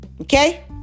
okay